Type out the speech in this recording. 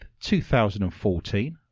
2014